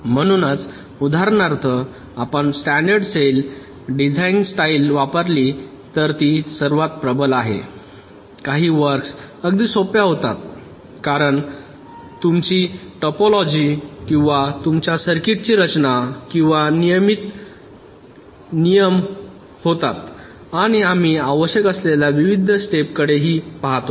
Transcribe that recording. म्हणूनच उदाहरणार्थ आपण स्टॅंडर्ड सेल डिझाइन स्टाइल वापरली तर ती सर्वात प्रबल आहे काही वर्क्स अगदी सोप्या होतात कारण तुमची टोपोलॉजी किंवा तुमच्या सर्किट्सची रचना किंवा नियम नियमित होतात आणि आम्ही आवश्यक असलेल्या विविध स्टेप कडेही पाहतो